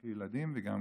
גם כילדים וגם